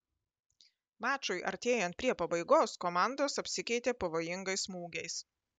mačui artėjant prie pabaigos komandos apsikeitė pavojingais smūgiais